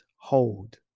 Hold